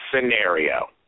scenario